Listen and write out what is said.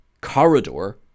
corridor